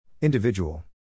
Individual